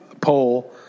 poll